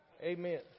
Amen